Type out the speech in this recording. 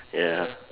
ya